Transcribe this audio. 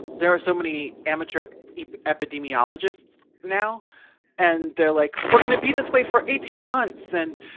there are so many amateur epidemiologists now and they're like, we're gonna be this way for eighteen months. and